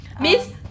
Miss